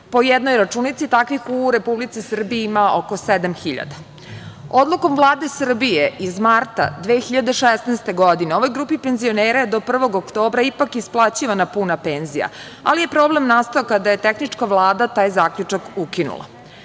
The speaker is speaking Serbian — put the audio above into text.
po jednoj računici takvih u Republici Srbiji ima oko 7.000.Odlukom Vlade Srbije iz marta 2016. godine, ovoj grupi penzionera je do 1. oktobra ipak isplaćivana puna penzija, ali je problem nastao kada je tehnička Vlada taj zaključak